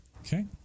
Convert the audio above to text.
Okay